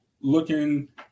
looking